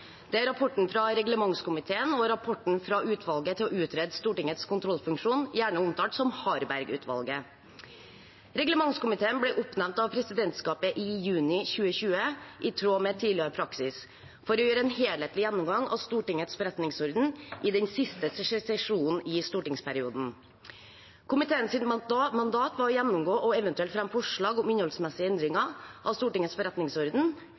Det er rapporten fra reglementskomiteen og rapporten fra utvalget til å utrede Stortingets kontrollfunksjon, gjerne omtalt som Harberg-utvalget. Reglementskomiteen ble oppnevnt av presidentskapet i juni 2020 i tråd med tidligere praksis for å gjøre en helhetlig gjennomgang av Stortingets forretningsorden i den siste sesjonen i stortingsperioden. Komiteens mandat var å gjennomgå og eventuelt fremme forslag om innholdsmessige endringer av Stortingets forretningsorden,